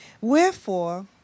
Wherefore